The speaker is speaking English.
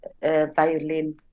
violin